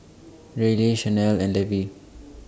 Reilly Shanelle and Levy